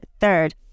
third